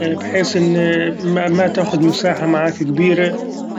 بحيث إن ما- ماتاخد مساحة معاك كبيرة.